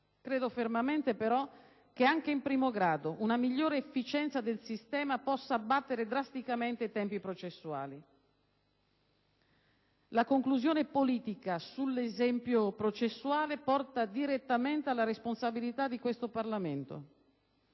Credo fermamente, però, che anche in primo grado una migliore efficienza del sistema possa abbattere drasticamente i tempi processuali. La conclusione politica sull'esempio processuale porta direttamente alla responsabilità di questo Parlamento: